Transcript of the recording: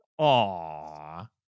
Aww